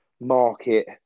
market